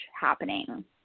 happening